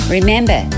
Remember